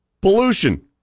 pollution